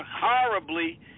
horribly